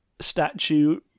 statue